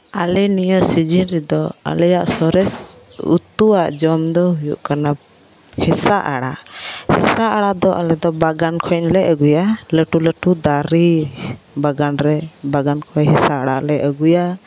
ᱟᱞᱮ ᱱᱤᱭᱟᱹ ᱥᱤᱡᱤᱱ ᱨᱮᱫᱚ ᱟᱞᱮᱭᱟᱜ ᱥᱚᱨᱮᱥ ᱩᱛᱩᱣᱟᱜ ᱡᱚᱢ ᱫᱚ ᱦᱩᱭᱩᱜ ᱠᱟᱱᱟ ᱦᱮᱸᱥᱟᱜ ᱟᱲᱟᱜ ᱦᱮᱸᱥᱟᱜ ᱟᱲᱟᱜ ᱫᱚ ᱟᱞᱮ ᱫᱚ ᱵᱟᱜᱟᱱ ᱠᱷᱚᱱᱞᱮ ᱟᱹᱜᱩᱭᱟ ᱞᱟᱹᱴᱩ ᱞᱟᱹᱴᱩ ᱫᱟᱨᱮ ᱵᱟᱜᱟᱱ ᱨᱮ ᱵᱟᱜᱟᱱ ᱠᱷᱚᱡ ᱦᱮᱸᱥᱟᱜ ᱟᱲᱟᱜ ᱞᱮ ᱟᱹᱜᱩᱭᱟ